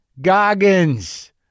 Goggins